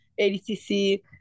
ADCC